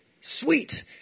sweet